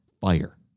fire